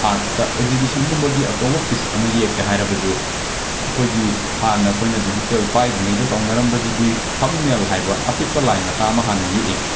ꯑꯥꯔꯠꯇ ꯑꯦꯛꯖꯤꯕꯤꯁꯟꯒꯨꯝꯕꯒꯤ ꯑꯆꯧꯕ ꯄꯤꯁ ꯑꯃ ꯌꯦꯛꯀꯦ ꯍꯥꯏꯔꯕ ꯑꯩꯈꯣꯏꯒꯤ ꯍꯥꯟꯅ ꯑꯩꯈꯣꯏꯅ ꯗꯤꯖꯤꯇꯦꯜ ꯄꯥꯏꯗ꯭ꯔꯤꯉꯩꯗ ꯇꯧꯅꯔꯝꯕꯗꯤ ꯊꯝꯅꯦꯜ ꯍꯥꯏꯕ ꯑꯄꯤꯛꯄ ꯂꯥꯏ ꯃꯆꯥ ꯑꯃ ꯍꯥꯟꯅ ꯌꯦꯛꯏ